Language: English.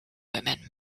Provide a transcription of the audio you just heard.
women